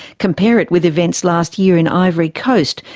compare it with events last year in ivory coast,